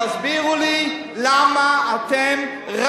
תסבירו לי למה אתם,